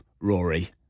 Rory